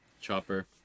Chopper